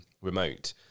remote